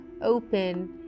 open